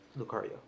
lucario